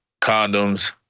condoms